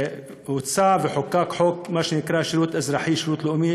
הוצע וחוקק חוק על מה שנקרא שירות אזרחי או שירות לאומי,